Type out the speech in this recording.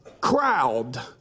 crowd